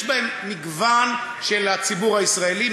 יש בהם מגוון של הציבור הישראלי,